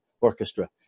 orchestra